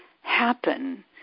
Happen